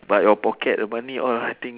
but your pocket the money all ah I think